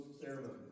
ceremony